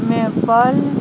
maple